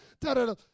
da-da-da